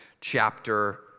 chapter